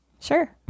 Sure